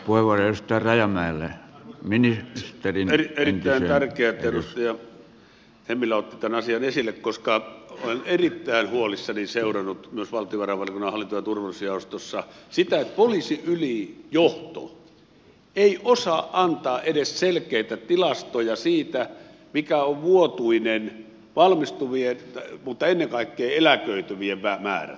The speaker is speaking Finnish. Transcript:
on erittäin tärkeää että edustaja hemmilä otti tämän asian esille koska olen erittäin huolissani seurannut myös valtiovarainvaliokunnan hallinto ja turvallisuusjaostossa sitä että poliisin ylijohto ei osaa antaa edes selkeitä tilastoja siitä mikä on vuotuinen valmistuvien mutta ennen kaikkea eläköityvien määrä